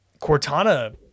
cortana